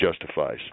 justifies